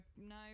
No